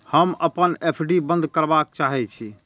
हम अपन एफ.डी बंद करबा के चाहे छी